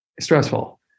stressful